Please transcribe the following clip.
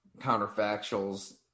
counterfactuals